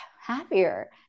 happier